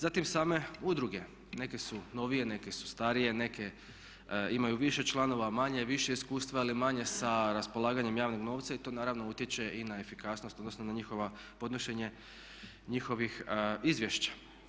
Zatim same udruge, neke su novije neke su starije, neke imaju više članova, manje, više iskustva ili manje sa raspolaganjem javnog novca i to naravno utječe i na efikasnost odnosno na podnošenje njihovih izvješća.